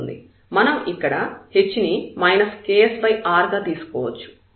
మనం ఇక్కడ h ని ksr గా తీసుకోవచ్చు